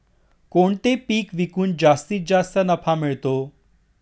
कोणते पीक विकून जास्तीत जास्त नफा मिळतो?